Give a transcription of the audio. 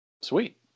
Sweet